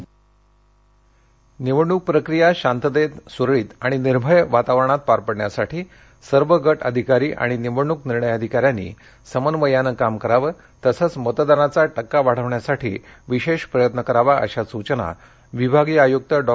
निवडणक निवडणूक प्रक्रीया शांततेत सुरळीत आणि निर्भय वातावरणात पार पडण्यासाठी सर्व गट अधिकारी आणि निवडणूक निर्णय अधिकाऱ्यांनी समन्वयानं काम करावं तसंच मतदानाचा टक्का वाढविण्यासाठी विशेष प्रयत्न करावा अशा सूचना विभागीय आयुक्त डॉ